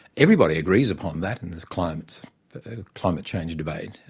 everybody agrees upon that in the climate the climate change debate.